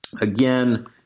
Again